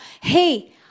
hey